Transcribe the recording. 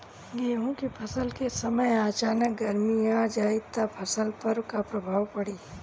गेहुँ के फसल के समय अचानक गर्मी आ जाई त फसल पर का प्रभाव पड़ी?